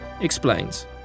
explains